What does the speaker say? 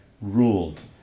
ruled